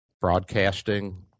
broadcasting